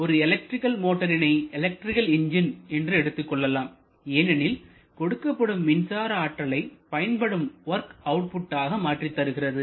ஒரு எலக்ட்ரிக்கல் மோட்டாரினை electrical engine என்று எடுத்துக் கொள்ளலாம் ஏனெனில் கொடுக்கப்படும் மின்சார ஆற்றலை பயன்படும் வொர்க் அவுட்புட்டாக மாற்றித் தருகிறது